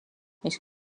mis